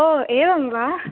ओ एवं वा